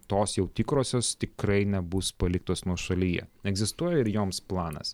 tos jau tikrosios tikrai nebus paliktos nuošalyje egzistuoja ir joms planas